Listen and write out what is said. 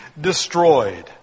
destroyed